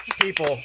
People